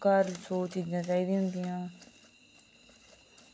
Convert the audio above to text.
घर सौ चीजां चाहिदियां होंदियां